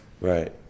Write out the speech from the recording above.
Right